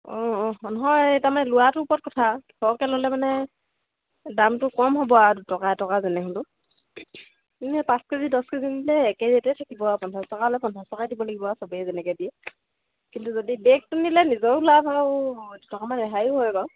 অঁ অঁ নহয় তাৰমানে লোৱাটো ওপৰত কথা সৰহকে ল'লে মানে দামটো কম হ'ব আৰু দুটকা এটকা যেনে হ'লেও এনেই পাঁচ কে জি দহ কে জি নিলে একে ৰেটেই থাকিব আৰু পঞ্চাছ টকা হ'লে পঞ্চাছ টকাই দিব লাগিব আউ চবেই যেনেকে দিয়ে কিন্তু যদি বেগটো নিলে নিজৰো লাভ আৰু দুটকামান ৰেহাইয়ো হয় বাৰু